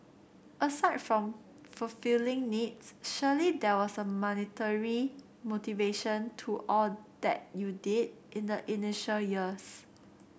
aside from fulfilling needs surely there was a monetary motivation to all that you did in the initial years